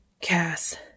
Cass